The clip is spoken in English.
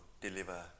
deliver